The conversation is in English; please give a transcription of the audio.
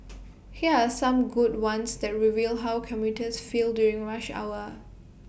here are some good ones that reveal how commuters feel during rush hour